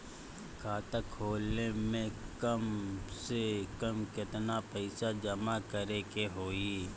खाता खोले में कम से कम केतना पइसा जमा करे के होई?